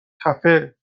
خفه